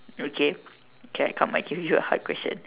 okay can come I give you a hard question